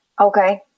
Okay